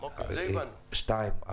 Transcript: שתיים,